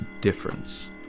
difference